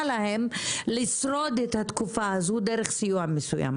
להם לשרוד את התקופה הזו דרך סיוע מסוים.